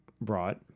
brought